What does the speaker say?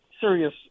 serious